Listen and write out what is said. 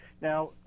Now